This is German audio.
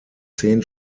zehn